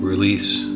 Release